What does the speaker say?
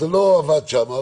אבל זה לא עבד שם.